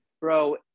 bro